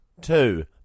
two